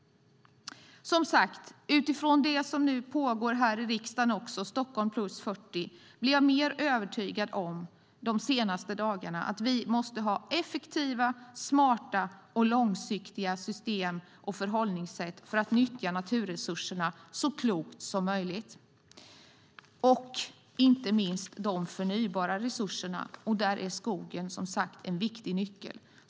Utifrån det som pågår i riksdagen, Stockholm + 40, har jag de senaste dagarna blivit alltmer övertygad om att vi måste ha effektiva, smarta och långsiktiga system och förhållningssätt för att nyttja naturresurserna så klokt som möjligt. Inte minst gäller det de förnybara resurserna. Där är skogen, som sagt, en viktig nyckel.